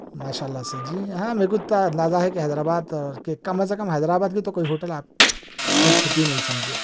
ماشاء اللہ سے جی ہاں میرے کو اتنا اندازہ ہے کہ حیدر آباد کے کم از کم حیدر آباد کے تو کوئی ہوٹل آپ سے چھٹی نہیں سمجھئے